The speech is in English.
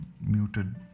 muted